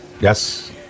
Yes